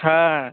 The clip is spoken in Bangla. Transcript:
হ্যাঁ